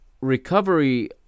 Recovery